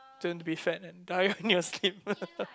don't be fat and die in your sleep